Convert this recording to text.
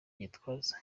gitwaza